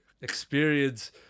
experience